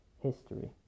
history